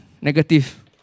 Negative